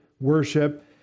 worship